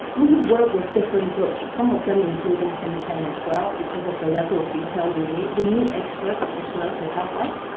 we work with different groups some of them including think tank as well, because of the level of detail we need. we need experts as well to help us.